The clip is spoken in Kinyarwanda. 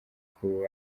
kuba